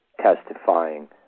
testifying